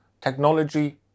technology